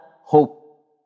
hope